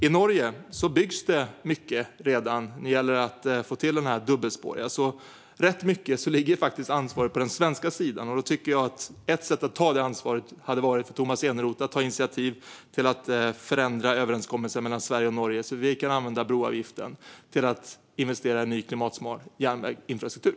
I Norge byggs det redan mycket när det gäller att få till de här dubbelspåren, så ansvaret ligger faktiskt rätt mycket på den svenska sidan. Då tycker jag att ett sätt för Tomas Eneroth att ta det ansvaret hade varit att ta initiativ till att förändra överenskommelsen mellan Sverige och Norge så att vi kan använda broavgiften till att investera i en ny, klimatsmart järnvägsinfrastruktur.